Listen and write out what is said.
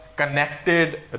Connected